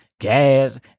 gas